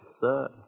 sir